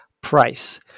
price